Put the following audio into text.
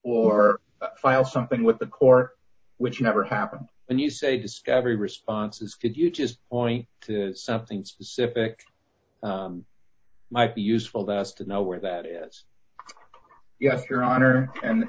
or file something with the corps which never happened and you say discovery responses could you just point to something specific might be useful that is to know where that is yes your honor and